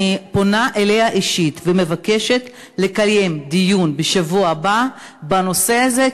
אני פונה אליה אישית ומבקשת לקיים דיון בשבוע הבא בנושא הזה,